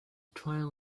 twine